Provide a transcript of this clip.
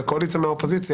מהקואליציה ומהאופוזיציה,